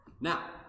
Now